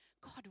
God